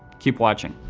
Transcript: keep watching.